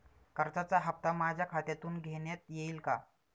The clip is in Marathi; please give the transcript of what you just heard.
कर्जाचा हप्ता माझ्या खात्यातून घेण्यात येईल का?